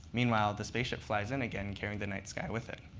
meanwhile, the spaceship flies in again, carrying the night sky with it.